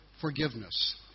forgiveness